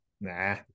Nah